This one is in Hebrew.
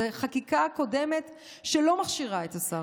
זו חקיקה קודמת שלא מכשירה את השר.